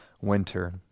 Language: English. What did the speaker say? winter